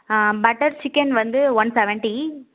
butter chicken வந்து one seventy